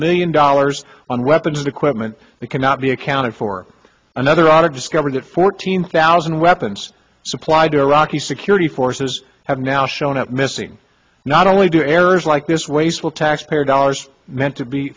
million dollars on weapons and equipment that cannot be accounted for another are discovered that fourteen thousand weapons supplied to iraqi security forces have now shown up missing not only do errors like this wasteful taxpayer dollars meant to be